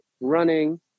running